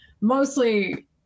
Mostly